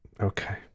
Okay